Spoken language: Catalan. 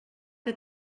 que